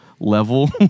Level